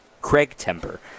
Craig-temper